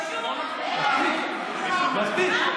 מספיק.